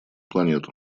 планету